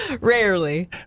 Rarely